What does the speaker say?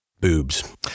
Boobs